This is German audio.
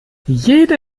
jede